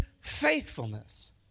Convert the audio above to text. faithfulness